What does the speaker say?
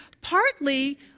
partly